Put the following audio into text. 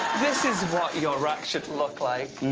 this is what your actions look like,